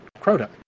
crota